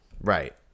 right